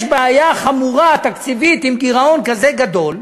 יש בעיה חמורה, תקציבית, עם גירעון כזה גדול,